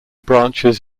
branches